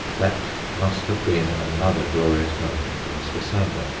that must have been another glorious moment for mr. sander,